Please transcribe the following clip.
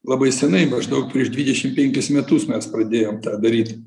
labai senai maždaug prieš dvidešim penkis metus mes pradėjom tą daryt